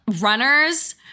runners